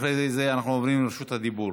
אחרי זה אנחנו עוברים לרשות הדיבור.